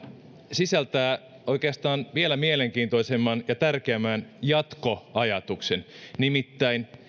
sisältää oikeastaan vielä mielenkiintoisemman ja tärkeämmän jatkoajatuksen nimittäin